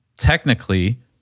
technically